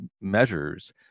measures